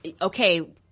Okay